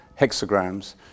hexagrams